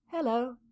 Hello